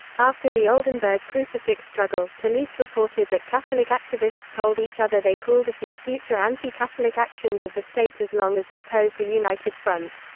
after the oldenburg crucifix struggle, police reported that catholic activists told each other they coulddefeat future and anti-catholic actions of the state as long as they posed a united front.